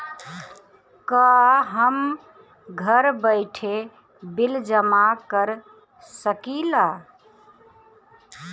का हम घर बइठे बिल जमा कर शकिला?